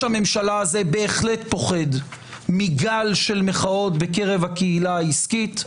בהחלט פוחד מגל של מחאות בקרב הקהילה העסקית,